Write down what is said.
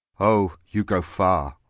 oh you go farre